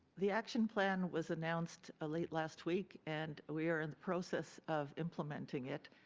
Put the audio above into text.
the action plan was announced late last week and we are in the process of implementing it.